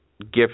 gift